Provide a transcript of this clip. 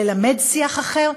ללמד שיח אחר,